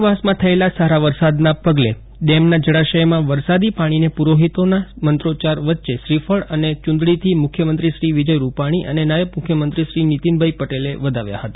ઉપરવાસમાં થયેલા સારા વરસાદને પગલે ડેમના જળાશયમાં વરસાદી પાણીને પુરોહિતોના મંત્રોચ્ચાર વચ્ચે શ્રીફળ અને ચુંદડીથી મુખ્યમંત્રીશ્રી વિજયભાઇ રુપાણી અને નાયબ મુખ્યમંત્રીશ્રી નિતીનભાઇ પટેલે વધાવ્યા હતા